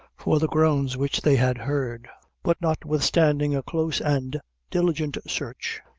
for the groans which they had heard but notwithstanding a close and diligent search,